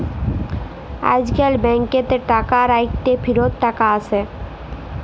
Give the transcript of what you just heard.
আইজকাল ব্যাংকেতে টাকা রাইখ্যে ফিরত টাকা আসে